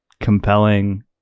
compelling